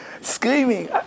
Screaming